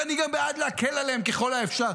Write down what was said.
ואני גם בעד להקל עליהם ככל האפשר.